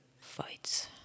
fights